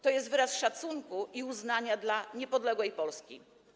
To jest wyraz szacunku i uznania dla niepodległej Polski.